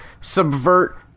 subvert